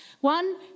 One